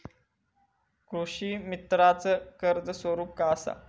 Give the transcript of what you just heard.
कृषीमित्राच कर्ज स्वरूप काय असा?